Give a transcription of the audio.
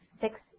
six